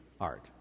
art